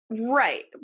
Right